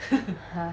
!huh!